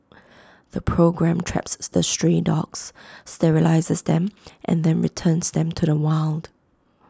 the programme traps the stray dogs sterilises them then returns them to the wild